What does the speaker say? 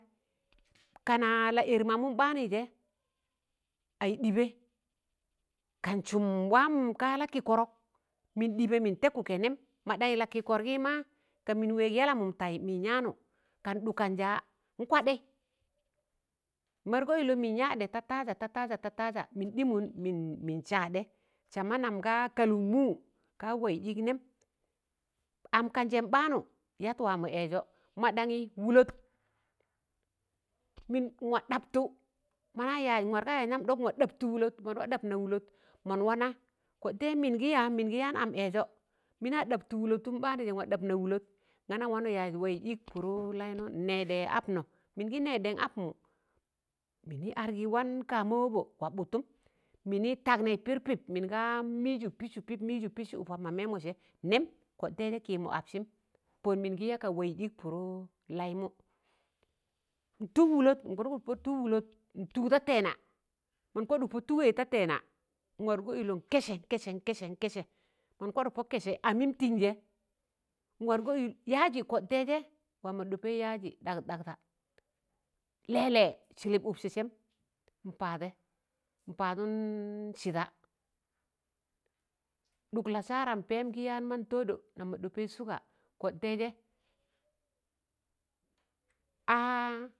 kana la ẹr mamụn ɓaanụi jẹ, ai ɗibẹ, kan sụm wam ka lakikọrọk, min ɗibẹ min tẹkụkẹ nẹm mọ ɗaṇyii lakikọrgi ma ka min wẹg yalamụm tai min yaanụ, kan ɗ̣ukanja n'kwadẹi min wargọ llọ min yadẹ ta taaja, ta taaja, ta taaja, min ɗimụm min saadẹ sama namga kalụk mụ, ka waiz ik nẹm, am kanjẹm ɓaanụ yat wa mọ ẹẹzọ, ma ɗaṇyi wụlọt min, n'wa ɗabtụ mana yaz, wargọ yaz nam dọk n'wa dabtụ wụlọt, mọn wa ɗabna wụlọt, mọn wana kọ tẹ min gi ya mingi yaan am ẹẹjọ mini wa dabtụ wụlọtụm ḅaanụ jẹ, n'dabna wụlọt nga nan wa nọ yaz waiz ik pụrụ lainọ n nẹẹdẹ apnọ, min gi nẹẹdẹn apmụ, mini argi wan kama wabọ waḅụdtụm, mini tagni pir pip min ga mijụ pisụ, mijụ pisụ upam ma mẹmọsẹ nẹm, kọ taizẹ kiimụ apsim, pọn min gi ya ga waiz ik pụrụ laimụ, n'tụb wụlọt, mọn kwadụk pọ tụb wụlọt n'tụk da tẹẹna mọn kwadụk pọ tụgẹi da tẹẹna, n'wargọ ilọ n'kẹsẹẹ n'kẹsẹẹ n'kẹsẹẹ mon kwaḍụk pọ kẹsẹi, amim tin jẹ n'wargọ ilyaji kọ taizẹ wam nọ ɗọpẹi yaji ɗ̣agụd ɗagda lẹlẹ, silip ụksẹ, sẹm, n'paadẹ n'paadụn sida ɗụk lasaram pẹẹm gi yaan man tọọdọ nam ɗọpẹi suga kọ taizẹ.